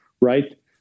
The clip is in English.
right